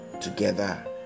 Together